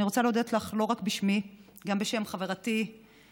אני רוצה להודות לך לא רק בשמי אלא גם בשמה של חברתי מיכל,